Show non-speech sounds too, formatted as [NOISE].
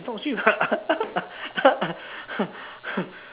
it's not cheap [LAUGHS]